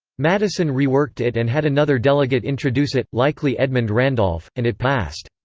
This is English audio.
madison reworked it and had another delegate introduce it, likely edmund randolph, and it passed.